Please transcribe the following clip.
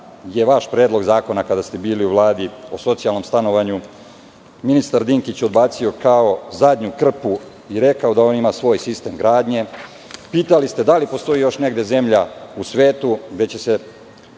je vaš predlog zakona, kada ste bili u Vladi, o socijalnom stanovanju ministar Dinkić odbacio kao zadnju krpu i rekao da on ima svoj sistem gradnje. Pitali ste da li postoji još negde zemlja u svetu gde će se